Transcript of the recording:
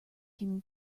can